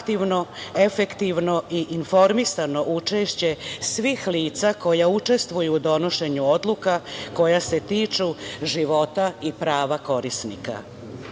aktivno, efektivno i informisano učešće svih lica koja učestvuju u donošenju odluka koja se tiču života i prava korisnika.Zaštita